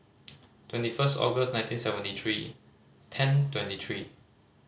twenty first August nineteen seventy three ten twenty three